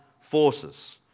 forces